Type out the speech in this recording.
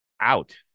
out